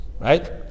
Right